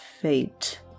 fate